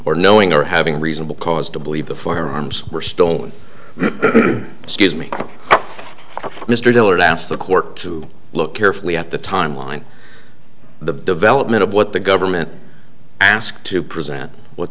or knowing or having reasonable cause to believe the firearms were stolen gives me mr dillard asked the court to look carefully at the time line the development of what the government asked to present what